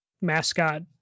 mascot